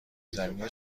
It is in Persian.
زمینی